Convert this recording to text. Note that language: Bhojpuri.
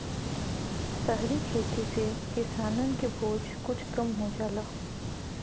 सहरी खेती से किसानन के बोझ कुछ कम हो जाला